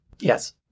Yes